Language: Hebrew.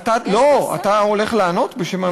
לא, אתה הולך לענות בשם הממשלה?